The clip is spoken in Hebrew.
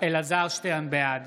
גדי איזנקוט, בעד